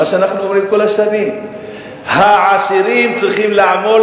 מה שאנחנו אומרים כל השנים: העשירים צריכים לעמול